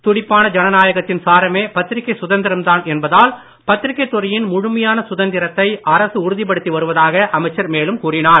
துடிப்பான ஜனநாயகத்தின் சாரமே பத்திரிக்கை சுதந்திரம்தான் என்பதால் பத்திரிக்கைத் துறையின் முழுமையான சுதந்திரத்தை அரசு உறுதிப்படுத்தி வருவதாக அமைச்சர் மேலும் கூறினார்